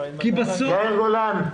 כי בסוף --- אבל --- יאיר גולן,